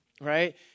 right